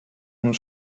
und